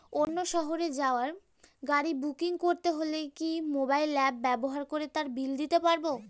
অন্য শহরে যাওয়ার গাড়ী বুকিং করতে হলে কি কোনো মোবাইল অ্যাপ ব্যবহার করে তার বিল দিতে পারব?